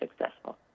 successful